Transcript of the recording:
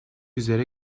üzere